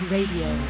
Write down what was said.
Radio